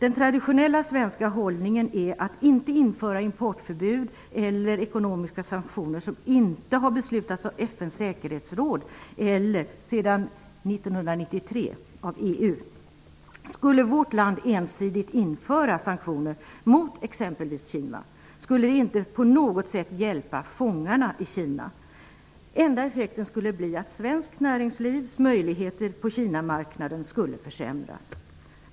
Den traditionella svenska hållningen är att inte införa importförbud eller ekonomiska sanktioner som inte har beslutats av FN:s säkerhetsråd eller sedan 1993 av EU. Om vårt land ensidigt skulle införa sanktioner mot exempelvis Kina skulle det inte på något sätt hjälpa fångarna i Kina. Den enda effekten skulle bli att svenskt näringslivs möjligheter på Kinamarknaden skulle försämras.